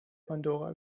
pandora